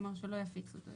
כלומר, שלא יפיצו אותו.